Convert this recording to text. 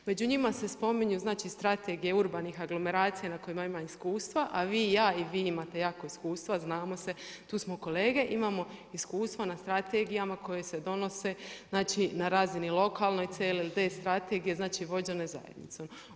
Među njima se spominju, znači strategije urbanih aglomeracija na kojima ima iskustva, a vi i ja i vi imate jako iskustva, znamo se, tu smo kolege imamo iskustvo na strategijama koje se donose, znači na razini lokalnoj, CLD strategije, znači vođene zajednicom.